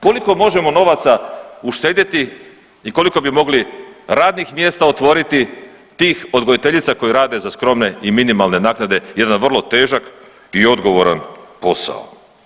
Koliko možemo novaca uštedjeti i koliko bi mogli radnih mjesta otvoriti tih odgojiteljica koje rade za skromne i minimalne naknade jedan vrlo težak i odgovoran posao.